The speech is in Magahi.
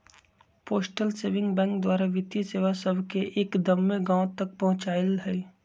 पोस्टल सेविंग बैंक द्वारा वित्तीय सेवा सभके एक्दम्मे गाँव तक पहुंचायल हइ